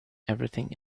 everything